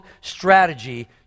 strategy